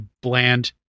bland